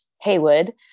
Haywood